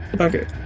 Okay